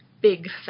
big